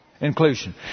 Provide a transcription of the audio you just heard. inclusion